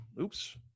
Oops